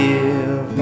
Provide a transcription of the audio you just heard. Give